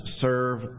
serve